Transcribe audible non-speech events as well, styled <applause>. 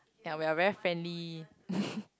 ya we are very friendly <laughs>